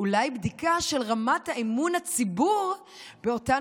אולי בדיקה של רמת אמון הציבור באותן